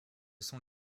sont